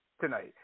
tonight